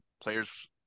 players